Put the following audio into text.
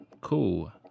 Cool